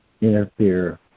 interfere